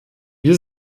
wir